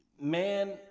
Man